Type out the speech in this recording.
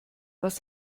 was